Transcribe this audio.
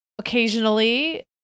occasionally